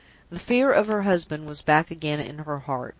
the fear of her husband was back again in her heart.